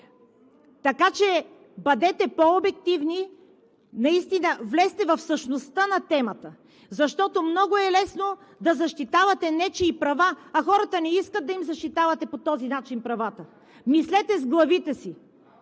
Така че бъдете по-обективни, влезте в същността на темата, защото е много лесно да защитавате нечии права, а хората не искат да защитавате по този начин правата им. Мислете с главите си!